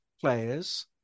players